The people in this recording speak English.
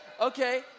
okay